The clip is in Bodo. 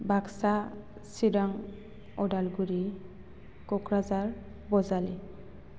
बागसा चिरां अदालगुरि क'क्राझार बजालि